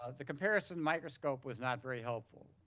ah the comparison microscope was not very helpful.